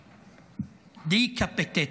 decapitated,